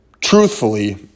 truthfully